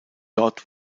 dort